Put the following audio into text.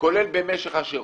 כולל במשך השירות,